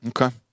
Okay